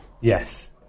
yes